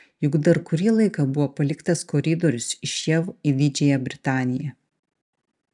juk dar kurį laiką buvo paliktas koridorius iš jav į didžiąją britaniją